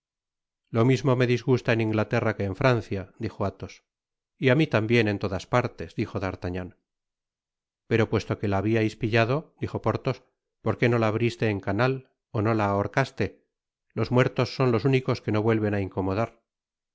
lo mismo me disgusta en inglaterra que en francia dijo athos y á mi tambien en todas partes dijo d'artagnan pero puesto que la habiais pillado dijo porthos porque no la abriste en canal ó no la ahorcaste los muertos son los únicos que no vuelven á incomodar